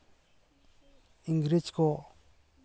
ᱤᱝᱨᱮᱡᱽ ᱠᱚ